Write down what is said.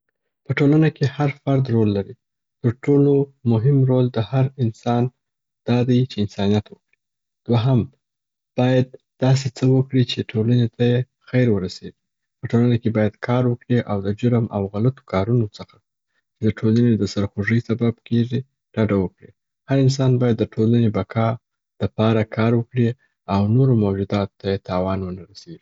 په ټولنه کي هر فرد رول لري. تر ټولو مهم رول د هر انسان دا دی چي انسانیت وکړي. دوهم باید داسي څه وکړي چي ټولنې ته یې خیر ورسیږي. په ټولنه کي باید کار وکړي او د جرم او غلطو کارونو څخه چي د ټولنې د سرخوږۍ سبب کیږي ډډه وکړي. هر انسان باید د ټولنې د بقا د پاره کار وکړي او نورو موجوداتو ته یې تاوان و نه رسیږي.